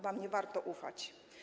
Wam nie warto ufać.